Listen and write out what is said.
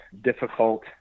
difficult